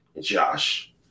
josh